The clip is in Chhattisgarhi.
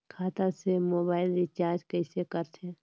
खाता से मोबाइल रिचार्ज कइसे करथे